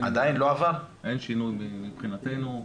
אין שינוי מבחינתנו,